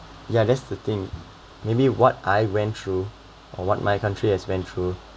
ya that's the thing maybe what I went through or what my country has went through